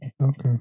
Okay